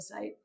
website